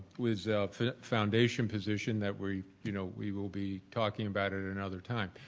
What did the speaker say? with a foundation position that we you know we will be talking about it in another time,